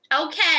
Okay